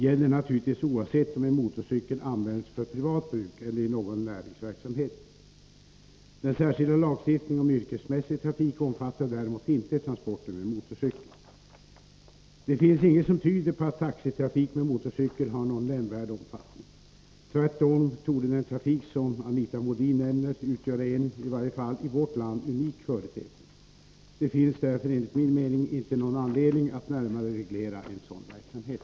gäller naturligtvis oavsett om en motorcykel används för privat bruk eller i någon näringsverksamhet. Den särskilda lagstiftningen om yrkesmässig trafik omfattar däremot inte transporter med motorcykel. Det finns inget som tyder på att taxitrafik med motorcykel har någon nämnvärd omfattning. Tvärtom torde den trafik som Anita Modin nämner utgöra en —i varje fall i vårt land — unik företeelse. Det finns därför enligt min mening inte någon anledning att närmare reglera en sådan verksamhet.